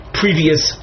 previous